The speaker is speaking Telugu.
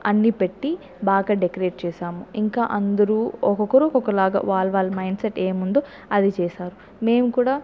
అన్నీ పెట్టి బాగా డెకరేట్ చేసాము ఇంకా అందరు ఒకొక్కరు ఒకొక్కలాగా వాళ్ళ వాళ్ళ మైండ్ సెట్ ఏముందో అది చేసారు మేము కూడా